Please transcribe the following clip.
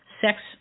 sex